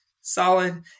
solid